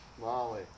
Molly